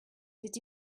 did